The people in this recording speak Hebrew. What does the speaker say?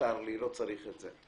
מיותר לי, לא צריך את זה.